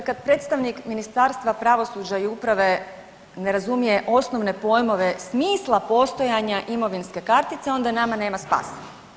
Dakle, kad predstavnik Ministarstva pravosuđe i uprave ne razumije osnovne pojmove smisla postojanja imovinske kartice onda nama nema spasa.